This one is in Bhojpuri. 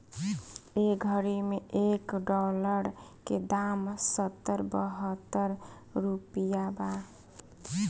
ए घड़ी मे एक डॉलर के दाम सत्तर बहतर रुपइया बा